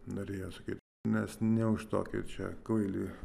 norėjo sakyt mes ne už tokį čia kvailį